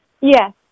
Yes